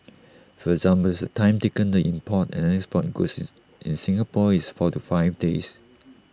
for example the time taken to import and export goods in Singapore is four to five days